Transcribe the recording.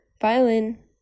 violin